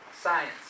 Science